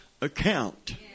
account